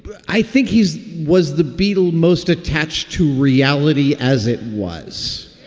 but i think he's was the beatles most attached to reality as it was